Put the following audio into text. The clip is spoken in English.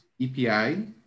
EPI